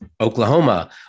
Oklahoma